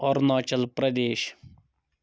Arunachal Pradesh